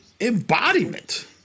embodiment